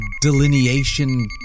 delineation